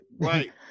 right